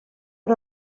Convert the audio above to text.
per